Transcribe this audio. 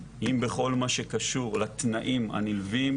אם בכל מה שקשור לתנאים הנלווים